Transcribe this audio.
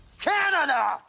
Canada